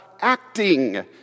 acting